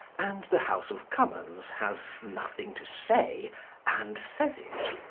and the house of commons has nothing to say and says it.